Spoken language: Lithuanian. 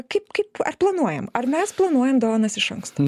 kaip kaip ar planuojam ar mes planuojam dovanas iš anksto